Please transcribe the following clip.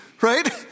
right